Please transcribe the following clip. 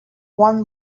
one